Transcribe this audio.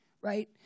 right